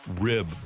rib